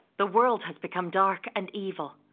the world has become dark and evil,